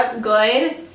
good